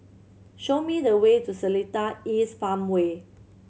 show me the way to Seletar East Farmway